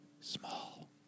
small